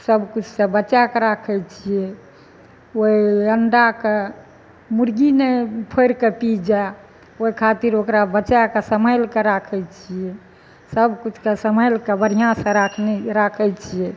सबकिछु से बचा कऽ राखैत छियै ओहि अण्डाके मुर्गी नहि फोड़ि कऽ पी जाए ओहि खातिर ओकरा बचा कऽ सम्हालि कए राखै छियै सबकुछ कए सम्हाइल कऽ बढ़िआँ से राखने राखैत छियै